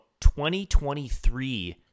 2023